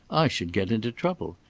i should get into trouble.